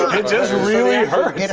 it just really hurts.